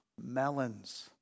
melons